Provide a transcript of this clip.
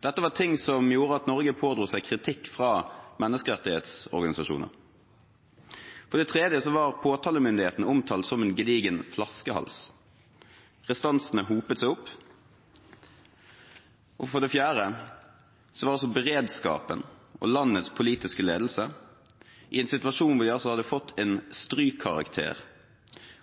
Dette var ting som gjorde at Norge pådro seg kritikk fra menneskerettighetsorganisasjoner. For det tredje var påtalemyndigheten omtalt som en gedigen flaskehals. Restansene hopet seg opp. For det fjerde var beredskapen og landets politiske ledelse i en situasjon hvor de hadde fått strykkarakter,